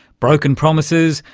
broken promises,